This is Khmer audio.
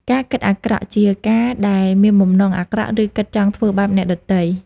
ការគិតអាក្រក់ជា ការដែលមានបំណងអាក្រក់ ឬគិតចង់ធ្វើបាបអ្នកដទៃ។